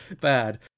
bad